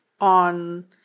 on